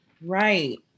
right